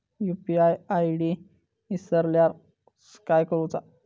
UPI ID इसरल्यास काय करुचा?